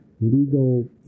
legal